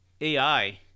AI